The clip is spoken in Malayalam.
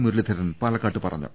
മുരളീധരൻ പാലക്കാട്ട് പറഞ്ഞു